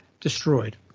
destroyed